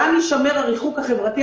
גם יישמר הריחוק החברתי.